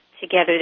together